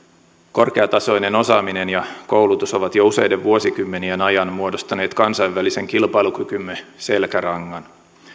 korkeatasoinen osaaminen ja koulutus ovat jo useiden vuosikymmenien ajan muodostaneet kansainvälisen kilpailukykymme selkärangan